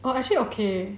err actually okay